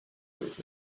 with